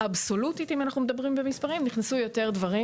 אבסולוטית אם אנחנו מדברים נכנסו הרבה יותר דברים